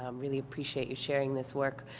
um really appreciate you sharing this work.